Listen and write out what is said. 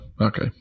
Okay